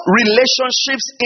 relationships